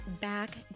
back